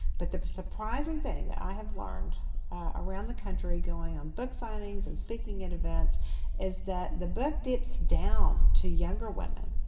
but the surprising thing that i have learned around the country going on book signings and speaking at events is that the book dips down to younger women.